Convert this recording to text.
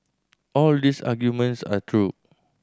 all these arguments are true